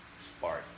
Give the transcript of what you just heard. spark